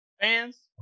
Fans